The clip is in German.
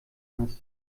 hast